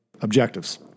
objectives